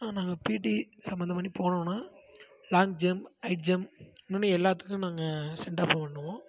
நாங்கள் பீட்டி சம்பந்தம் பண்ணி போனோம்ன்னால் லாங்க் ஜம்ப் ஹைட் ஜம்ப் எல்லாத்துக்கும் நாங்கள் சென்டாப் பண்ணுவோம்